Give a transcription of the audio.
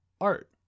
art